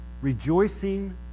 Rejoicing